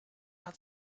paar